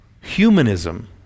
humanism